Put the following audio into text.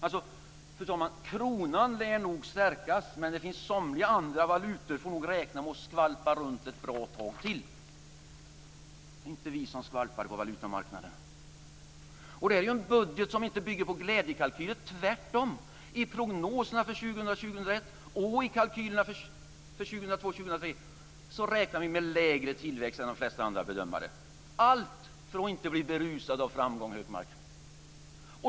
Fru talman! Kronan lär nog stärkas, men det finns somliga andra valutor som nog får räkna med att skvalpa runt ett bra tag till. Det är inte vi som skvalpar på valutamarknaden. Det här är en budget som inte bygger på glädjekalkyler, tvärtom. I prognoserna för åren 2000 och 2001 liksom i kalkylerna för 2002 och 2003 räknar vi med lägre tillväxt än de flesta andra bedömare. Allt för att inte bli berusade av framgång, Hökmark.